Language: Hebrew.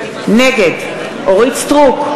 נגד אורית סטרוק,